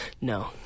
No